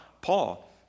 Paul